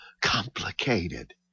complicated